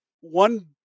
one